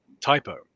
typo